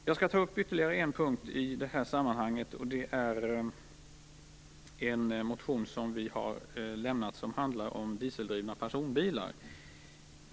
Jag skall ta upp ytterligare en sak i det här sammanhanget, nämligen en motion som vi har väckt om dieseldrivna personbilar.